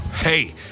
Hey